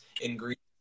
ingredients